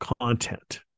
content